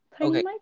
okay